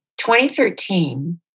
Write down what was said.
2013